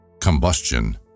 Combustion